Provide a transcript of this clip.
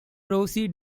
rosie